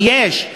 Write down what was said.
יש.